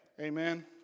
Amen